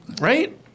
right